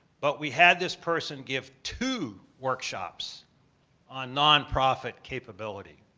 but we had this person give two workshops on nonprofit capability.